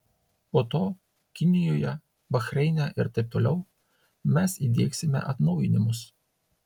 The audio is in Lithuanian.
po to kinijoje bahreine ir taip toliau mes įdiegsime atnaujinimus